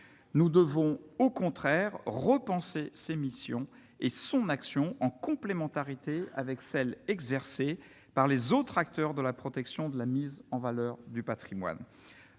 nous devons au contraire repenser ses missions et son action en complémentarité avec celle exercée par les autres acteurs de la protection de la mise en valeur du Patrimoine,